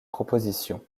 propositions